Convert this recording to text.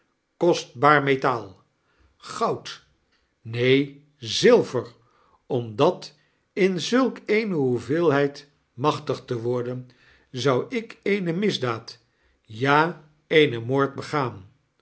kostbaar metaal gond neen zilver i om dat in zulk eene hoeveelheid machtig te worden zou ik eene misdaad ja een moord begaan